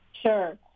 Sure